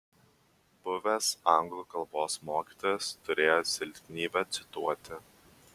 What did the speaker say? buvęs anglų kalbos mokytojas turėjo silpnybę cituoti